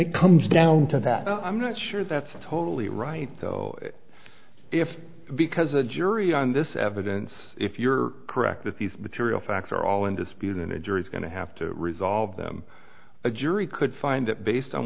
it comes down to that i'm not sure that's totally right though if because the jury on this evidence if you're correct that these material facts are all in dispute in a jury's going to have to resolve them a jury could find that based on